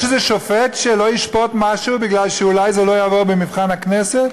יש איזה שופט שלא ישפוט משהו כי אולי זה לא יעבור במבחן הכנסת?